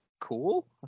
Cool